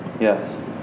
Yes